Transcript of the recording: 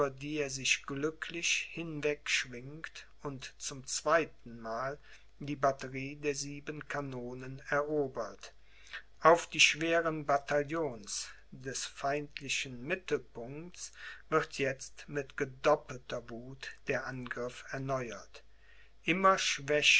die er sich glücklich hinwegschwingt und zum zweitenmal die batterie der sieben kanonen erobert auf die schweren bataillons des feindlichen mittelpunkts wird jetzt mit gedoppelter wuth der angriff erneuert immer